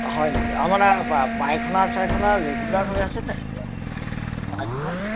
হয় নেকি তাৰমানে পায়সানা চায়সানা ৰেগুলাৰ হৈ আছেনে পায়সানা